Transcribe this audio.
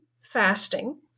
fasting